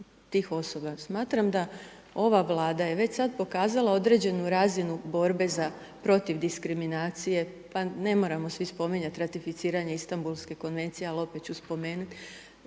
tih osoba. Smatram da ova Vlada je već sad pokazala određenu razinu borbe za protiv diskriminacije, pa ne moramo svi spominjati ratificiranje Istambulske konvencije, al opet ću spomenut